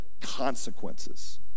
consequences